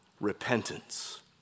repentance